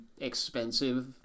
Expensive